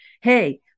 hey